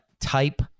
Type